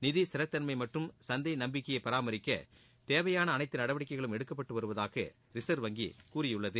நிதி ஸ்திரத்தன்மை மற்றும் சந்தை நம்பிக்கையை பராமரிக்க தேவையான அனைத்து நடவடிக்கைகளும் எடுக்கப்பட்டு வருவதாக ரிசர்வ் வங்கி கூறியுள்ளது